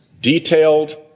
detailed